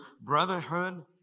brotherhood